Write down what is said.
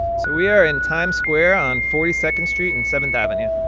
so we are in times square on forty second street and seventh avenue.